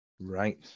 Right